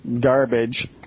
garbage